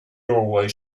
doorway